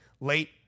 late